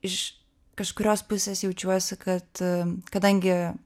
iš kažkurios pusės jaučiuosi kad kadangi